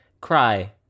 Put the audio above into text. Cry